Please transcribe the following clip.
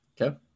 Okay